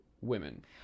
women